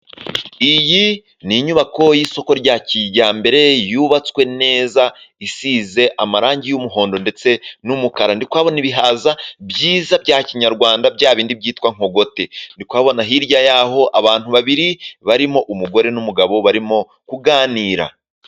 Iyi ni inyubako y'isoko rya kijyambere yubatswe neza isize amarangi y'umuhondo ndetse n'umukara, ndimo kuhabona ibihaza byiza bya Kinyarwanda bya bindi byitwa nkogote. Ndi kuhabona hirya y'aho abantu babiri barimo umugore n'umugabo barimo kuganira.